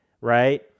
right